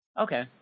Okay